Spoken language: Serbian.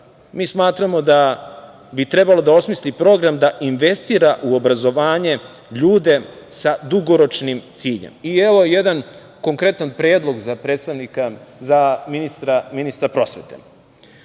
mi smatramo da bi trebalo da osmisli program, da investira u obrazovanje, ljude sa dugoročnim ciljem. Evo jedan konkretan predlog za ministra prosvete.